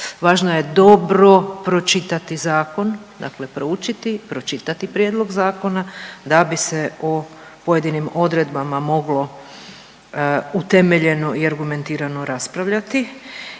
važno je dobro pročitati zakon, dakle proučiti i pročitati prijedlog zakona da bi se o pojedinim odredbama moglo utemeljeno i argumentirano raspravljati.